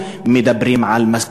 מדברים על מרכזי חינוך,